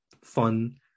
fun